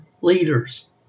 leaders